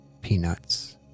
peanuts